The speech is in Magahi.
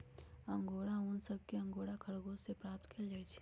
अंगोरा ऊन एक अंगोरा खरगोश से प्राप्त कइल जाहई